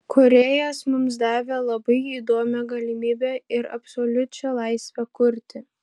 kūrėjas mums davė labai įdomią galimybę ir absoliučią laisvę kurti